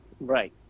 Right